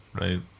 right